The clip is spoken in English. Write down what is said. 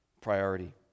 priority